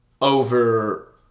over